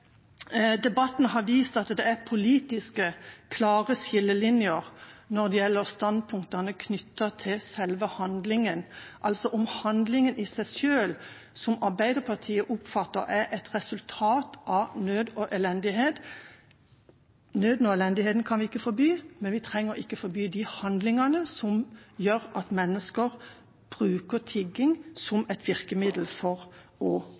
debatten har vist at det er klare politiske skillelinjer når det gjelder standpunktene knyttet til selve handlingen, som Arbeiderpartiet oppfatter er et resultat av nød og elendighet. Nøden og elendigheten kan vi ikke forby, men vi trenger ikke å forby de handlingene som gjør at mennesker bruker tigging som et virkemiddel for